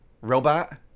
robot